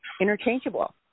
interchangeable